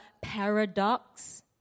paradox